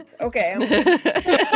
Okay